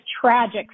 tragic